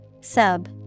Sub